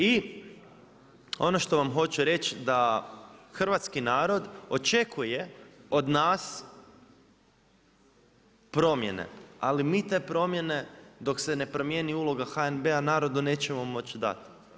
I ono što vam hoću reći, da hrvatski narod, očekuje od nas, promjene, ali mi te promjene, dok se ne promjeni uloga HNB-a narodu nećemo moći dati.